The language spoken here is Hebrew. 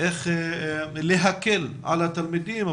להקל על התלמידים,